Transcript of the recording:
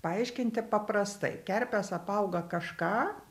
paaiškinti paprastai kerpes apauga kažką